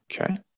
okay